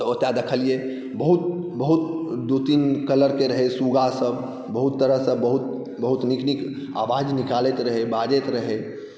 तऽ ओतऽ देखलिए बहुत बहुत दू तीन कलरके रहै सुग्गसब बहुत तरहसँ बहुत नीक नीक आवाज निकालैत रहै बाजैत रहै